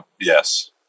yes